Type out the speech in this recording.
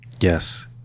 Yes